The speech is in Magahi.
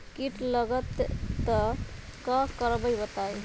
कीट लगत त क करब बताई?